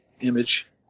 image